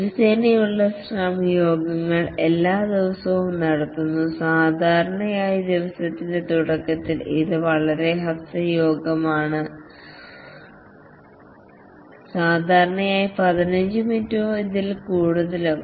ദിവസേനയുള്ള scrum യോഗങ്ങൾ എല്ലാ ദിവസവും നടത്തുന്നു സാധാരണയായി ദിവസത്തിന്റെ തുടക്കത്തിൽ ഇത് വളരെ ഹ്രസ്വമായ യോഗമാണ് സാധാരണയായി 15 മിനിറ്റോ അതിൽ കൂടുതലോ